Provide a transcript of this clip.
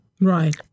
Right